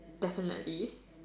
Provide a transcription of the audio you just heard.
definitely